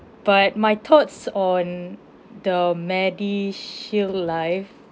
but my thoughts on the medishield life